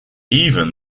even